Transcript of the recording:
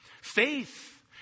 Faith